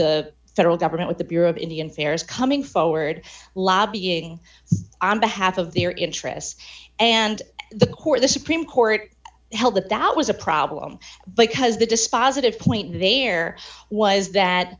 the federal government with the bureau of indian affairs coming forward lobbying on behalf of their interests and the court the supreme court held that that was a problem because the dispositive point there was that